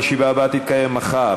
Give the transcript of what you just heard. הישיבה הבאה תתקיים מחר,